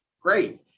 great